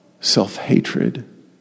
self-hatred